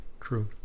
True